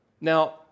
Now